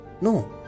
No